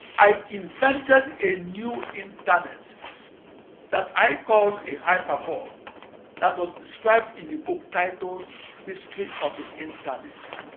i invented a new internet that i called a hyperball that was described in the book titled history of the internet.